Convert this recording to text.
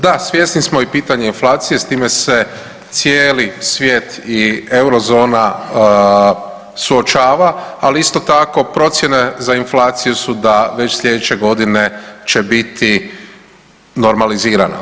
Da, svjesni smo i pitanja inflacije s time se cijeli svijet i Eurozona suočava, ali isto tako procjene za inflaciju su da već sljedeće godine biti normalizirano.